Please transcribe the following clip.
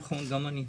גם אני.